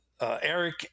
Eric